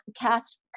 cast